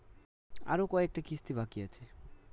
আরো কয়টা কিস্তি বাকি আছে?